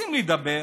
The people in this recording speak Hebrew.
רוצים לדבר,